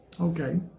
Okay